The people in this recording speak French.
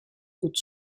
haute